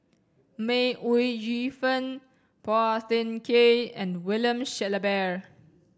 May Ooi Yu Fen Phua Thin Kiay and William Shellabear